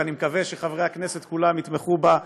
ואני מקווה שחברי הכנסת כולם יתמכו בה,